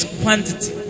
quantity